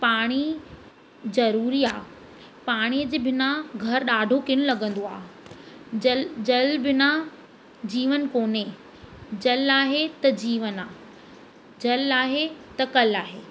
पाणी ज़रूरी आहे पाणीअ जे बिना घर ॾाढो किन लॻंदो आहे जल जल बिना जीवन कोन्हे जल आहे त जीवन आहे जल आहे त कल्ह आहे